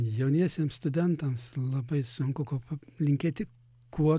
jauniesiems studentams labai sunku ko ko linkėti kuo